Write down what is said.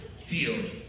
field